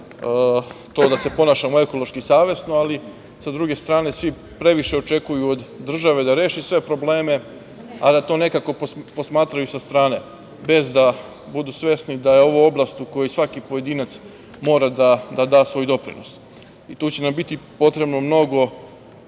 da se ponašamo ekološki i savesno, ali sa druge strane svi previše očekuju od države, da reši sve probleme, a da to nekako posmatraju sa strane, bez da budu svesni da je ovo oblast u koju svaki pojedinac mora da da svoj doprinos. Tu će nam biti potrebno mnogo